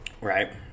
Right